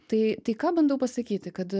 tai tai ką bandau pasakyti kad